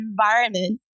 environment